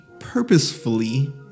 purposefully